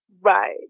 Right